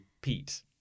Pete